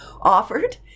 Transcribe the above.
offered